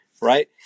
right